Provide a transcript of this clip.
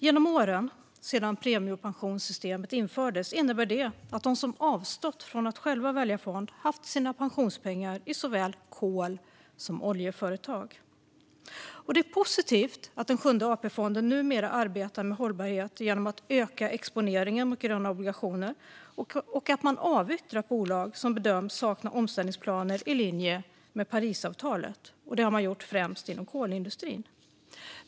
Genom åren, sedan premiepensionssystemet infördes, innebär det att de som avstått från att själv välja fond har haft sina pensionspengar i såväl kol som oljeföretag. Det är positivt att Sjunde AP-fonden numera arbetar med hållbarhet genom att öka exponeringen mot gröna obligationer och att man avyttrat bolag som bedöms sakna omställningsplaner i linje med Parisavtalet, främst inom kolindustrin.